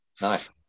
Nice